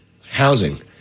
housing